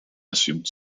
assumed